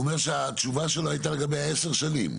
הוא אומר שהתשובה שלו הייתה לגבי 10 השנים.